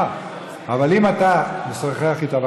אם אתה רוצה לשוחח איתה,